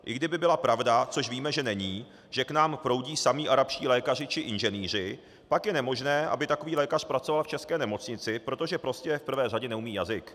I kdyby byla pravda, což víme, že není, že k nám proudí samí arabští lékaři či inženýři, pak je nemožné, aby takový lékař pracoval v české nemocnici, protože prostě v prvé řadě neumí jazyk.